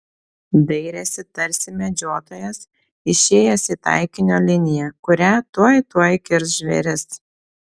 dairėsi tarsi medžiotojas išėjęs į taikinio liniją kurią tuoj tuoj kirs žvėris